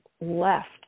left